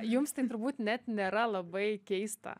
jums tai turbūt net nėra labai keista